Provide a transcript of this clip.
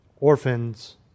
orphans